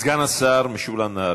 סגן השר משולם נהרי.